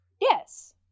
Yes